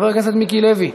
חבר הכנסת מיקי לוי,